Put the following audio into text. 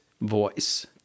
voice